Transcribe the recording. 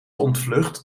ontvlucht